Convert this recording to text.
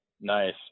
Nice